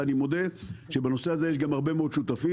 ואני מודה שבנושא הזה יש גם הרבה מאוד שותפים,